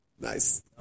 Nice